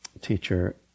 teacher